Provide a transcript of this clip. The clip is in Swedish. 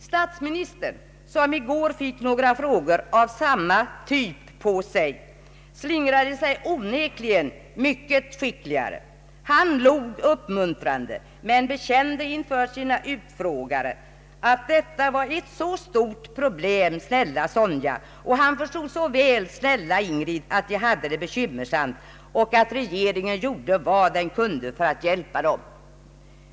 Statsministern, som i går fick några frågor av samma typ, slingrade sig onekligen mycket skickligare, Han log uppmuntrande, bekände inför sina utfrågare att detta var ett så stort problem, snälla Sonja, och han förstod så väl, snälla Ingrid, att de hade det bekymmersamt, och så försäkrade han att regeringen gjorde vad den kunde för att hjälpa dem.